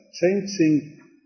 Changing